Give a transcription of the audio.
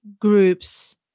groups